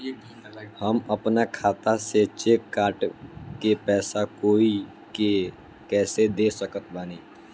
हम अपना खाता से चेक काट के पैसा कोई के कैसे दे सकत बानी?